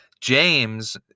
James